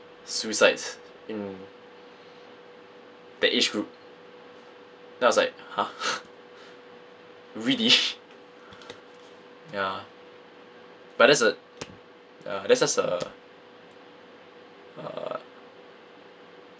suicides in that age group then I was like !huh! really ya but that's a ya that's just a uh